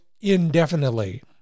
indefinitely